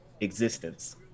existence